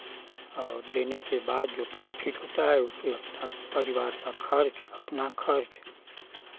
और देने के बाद जो प्रोफिट होता है वो फिर अपना परिवार का खर्च अपना खर्च